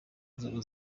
nzego